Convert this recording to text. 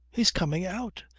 he's coming out!